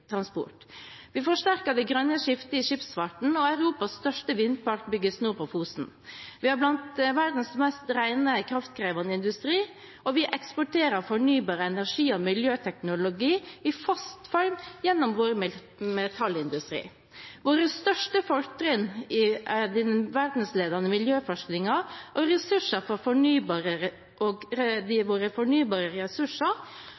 Vi forsterker det grønne skiftet i skipsfarten. Europas største vindpark bygges nå på Fosen. Vi har blant verdens mest rene kraftkrevende industri, og vi eksporterer fornybar energi og miljøteknologi i fast form gjennom vår metallindustri. Våre største fortrinn er den verdensledende miljøforskningen og våre fornybare ressurser, som gir oss et godt grunnlag for å være ambisiøse og